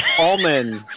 Almond